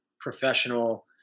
professional